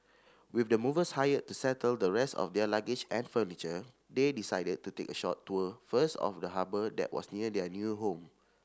with the movers hired to settle the rest of their luggage and furniture they decided to take a short tour first of the harbour that was near their new home